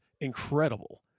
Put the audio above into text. incredible